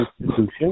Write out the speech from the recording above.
institution